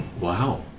Wow